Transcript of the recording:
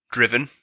Driven